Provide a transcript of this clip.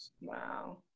wow